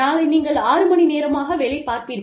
நாளை நீங்கள் ஆறு மணி நேரமாக வேலை பார்ப்பீர்கள்